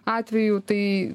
atvejų tai